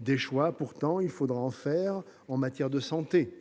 Des choix, il faudra pourtant en faire en matière de santé